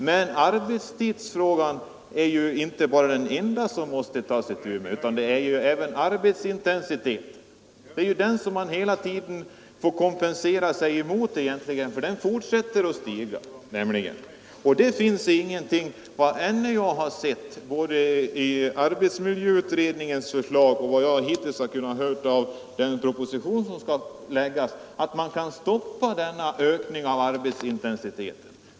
Men arbetstidsfrågan är inte det enda som man måste ta itu med, utan man måste göra något även i fråga om arbetsintensiteten. Den får man ju hela tiden kompensera sig för; den fortsätter nämligen att stiga. Att döma av vad jag hittills har sett av arbetsmiljöutredningens förslag och av den proposition som skall läggas fram finns det ingenting som tyder på att man skall kunna stoppa denna ökning av arbetsintensiteten.